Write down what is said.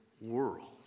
world